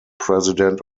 president